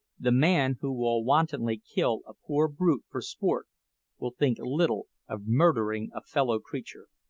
the man who will wantonly kill a poor brute for sport will think little of murdering a fellow-creature.